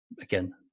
again